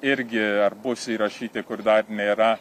irgi ar bus įrašyti kur dar nėra